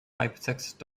hypertext